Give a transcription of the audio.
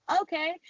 okay